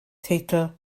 teitl